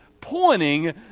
pointing